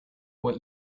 what